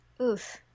Oof